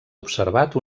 observat